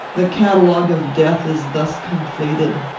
the catalogue of death is thus completed.